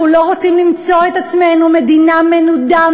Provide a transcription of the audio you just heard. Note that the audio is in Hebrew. אנחנו לא רוצים למצוא את עצמנו מדינה מנודה,